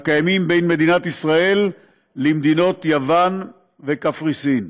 הקיימים בין מדינת ישראל למדינות יוון וקפריסין.